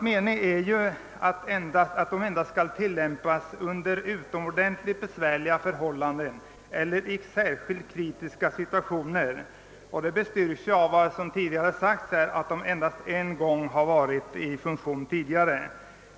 Meningen är ju att lagarna endast skall tillämpas under utomordentligt besvärliga förhållanden eller i särskilt kritiska situationer. Detta bestyrks av att de, som tidigare sagts, tillämpats endast en gång tidigare.